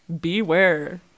Beware